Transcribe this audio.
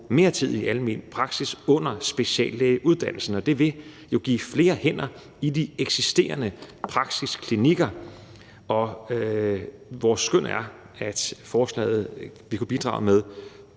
mere tid i almen praksis under speciallægeuddannelsen. Det vil jo give flere hænder i de eksisterende praksisklinikker, og vores skøn er, at forslaget vil kunne bidrage med